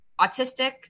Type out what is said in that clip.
autistic